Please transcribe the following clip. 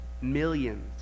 millions